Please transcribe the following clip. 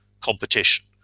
competition